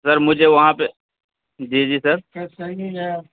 سر مجھے وہاں پہ جی جی سر